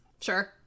Sure